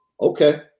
okay